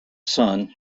son